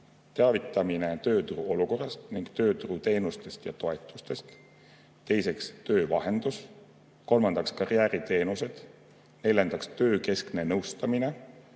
teavitamine tööturu olukorrast ning tööturuteenustest ja -toetustest, teiseks – töövahendus, kolmandaks – karjääriteenused, neljandaks – töökeskne nõustamine,